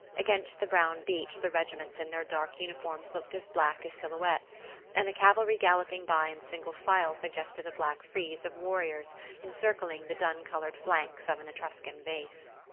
against the brown beach the regiments in their dark uniforms looked as black as silhouettes and the cavalry galloping by in single file suggested a black frieze of warriors encircling the dun-coloured flanks of an etruscan vase.